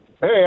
Hey